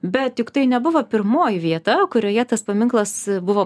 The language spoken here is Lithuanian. bet juk tai nebuvo pirmoji vieta kurioje tas paminklas buvo